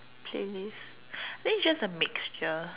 playlist I think it's just the mixture